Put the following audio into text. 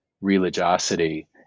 religiosity